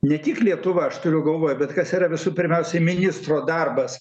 ne tik lietuva aš turiu galvoj bet kas yra visų pirmiausiai ministro darbas